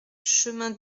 chemin